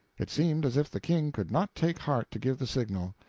it seemed as if the king could not take heart to give the signal.